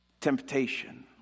temptation